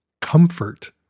Comfort